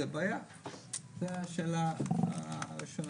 זאת שאלה ראשונה.